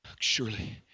Surely